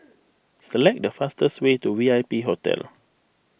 select the fastest way to V I P Hotel